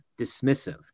dismissive